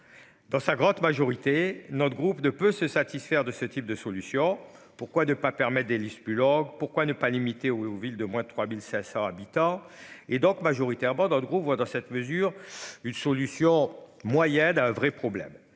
Dans sa grande majorité notre groupe de peut se satisfaire de ce type de solution pourquoi de pas permet. Bullock pourquoi ne pas limiter aux villes de moins de 3500 habitants et donc majoritairement d'Andrew voient dans cette mesure une solution moyen d'un vrai problème.